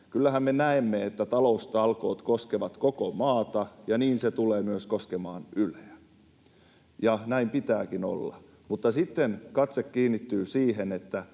Kyllähän me näemme, että taloustalkoot koskevat koko maata, ja niin ne tulevat koskemaan myös Yleä, ja näin pitääkin olla. Mutta sitten katse kiinnittyy siihen, mitä